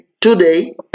today